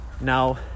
Now